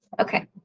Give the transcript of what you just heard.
Okay